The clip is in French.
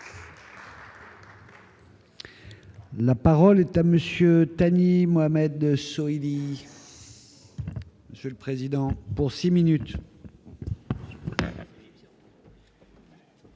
La parole est à monsieur Thani Mohamed dit. Monsieur le président, pour 6 minutes.